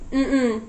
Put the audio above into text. mm mm